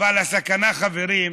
אבל הסכנה, חברים,